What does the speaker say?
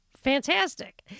fantastic